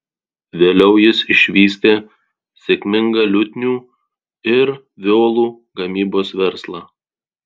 vėliau jis išvystė sėkmingą liutnių ir violų gamybos verslą